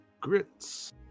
Grits